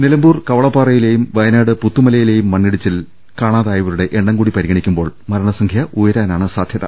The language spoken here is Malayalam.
നിലമ്പൂർ കവളപ്പാറയിലെയും വയനാട് പുത്തുമലയിലെയും മണ്ണി ടിച്ചിലിൽ കാണാതായവരുടെ എണ്ണം കൂടി പരിഗണിക്കുമ്പോൾ മരണസംഖ്യ ഉയരാനാണ് സാധ്യത